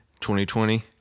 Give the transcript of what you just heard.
2020